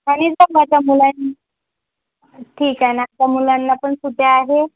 सांगितलं माझ्या मुलानी ठीक आहे न आता मुलांना पण सुट्या आहे